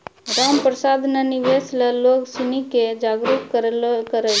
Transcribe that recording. रामप्रसाद ने निवेश ल लोग सिनी के जागरूक करय छै